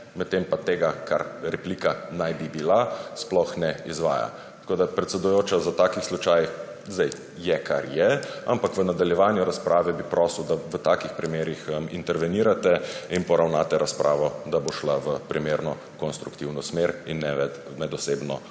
medtem pa tega, kar replika naj bi bila sploh ne izvaja. Predsedujoča, za takšen slučaj, sedaj je, kar je, ampak v nadaljevanju razprave bi prosil, da v takih primerih intervenirate in poravnate razpravo, da bo šla v primerno konstruktivno smer in ne med osebno